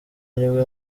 ariwe